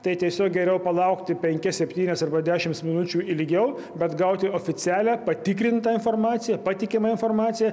tai tiesiog geriau palaukti penkias septynias arba dešimts minučių ilgiau bet gauti oficialią patikrintą informaciją patikimą informaciją